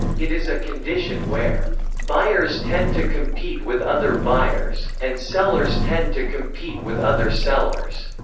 it is a condition where buyers tend to compete with other buyers, and sellers tend to compete with other sellers.